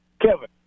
Kevin